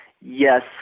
yes